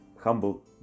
humble